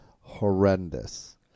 horrendous